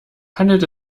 handelt